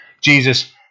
Jesus